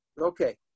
okay